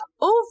over